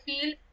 feel